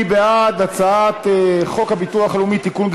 מי בעד הצעת חוק הביטוח הלאומי (תיקון,